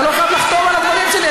אתה לא חייב לחתום על הדברים שלי.